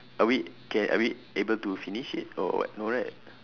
are we can are we able to finish it or what no right